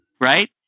Right